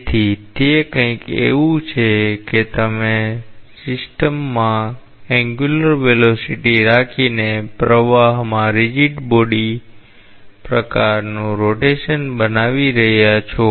તેથી તે કંઈક એવું છે કે તમે સિસ્ટમમાં કોણીય વેગ રાખીને પ્રવાહમાં રિજિડ બોડી પ્રકારનું પરિભ્રમણ બનાવી રહ્યા છો